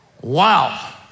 Wow